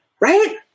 right